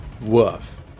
Woof